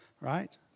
Right